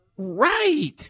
right